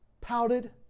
pouted